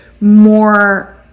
more